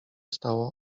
stało